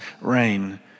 reign